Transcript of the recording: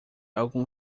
algum